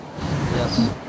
Yes